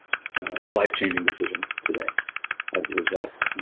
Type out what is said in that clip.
life-changing decisions today as the result